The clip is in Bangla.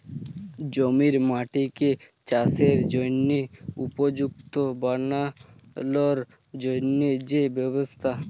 জমির মাটিকে চাসের জনহে উপযুক্ত বানালর জন্হে যে ব্যবস্থা